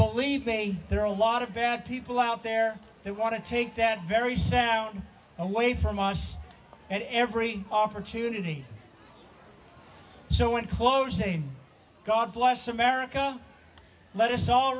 believe me there are a lot of bad people out there that want to take that very sound away from us at every opportunity so in closing god bless america let us all